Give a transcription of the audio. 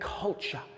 culture